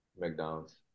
McDonald's